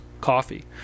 coffee